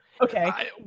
Okay